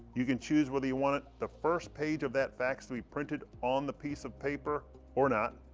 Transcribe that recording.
you can choose whether you want it the first page of that fax to be printed on the piece of paper or not.